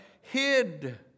hid